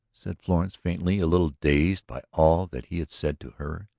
said florence faintly, a little dazed by all that he had said to her.